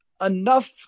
enough